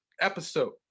episode